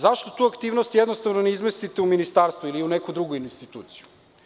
Zašto tu aktivnost jednostavno ne izmestite u ministarstvo ili u neku drugu instituciju?